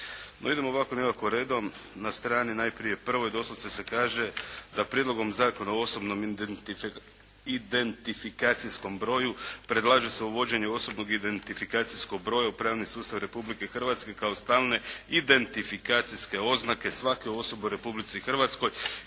zakona prilagođenim pravnim stečevinama Europske unije. Prijedlogom Zakona o osobnom identifikacijskom broju predlaže se uvođenje osobnog identifikacijskog broja u pravni sustav Republike Hrvatske kao stalne identifikacijske oznake svake osobe u Republici Hrvatskoj.